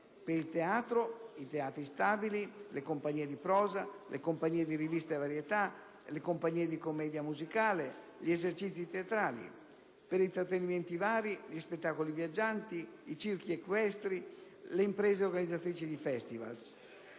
per il teatro, i teatri stabili, le compagnie di prosa, le compagnie di rivista e varietà, le compagnie di commedia musicale, gli esercizi teatrali; per i trattenimenti vari, gli spettacoli viaggianti, i circhi equestri, le imprese organizzatrici di festival.